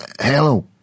Hello